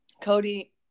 Cody